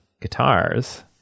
guitars